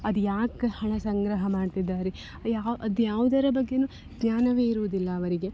ಅದು ಯಾಕೆ ಹಣ ಸಂಗ್ರಹ ಮಾಡ್ತಿದ್ದಾರೆ ಯಾ ಅದುಯಾವ್ದರ ಬಗ್ಗೆಯೂ ಜ್ಞಾನವೇ ಇರುವುದಿಲ್ಲ ಅವರಿಗೆ